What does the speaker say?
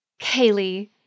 Kaylee